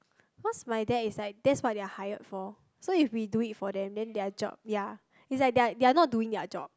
cause my dad is like that's why they are hired for so if we do it for them then their job ya is like they are they are not doing their job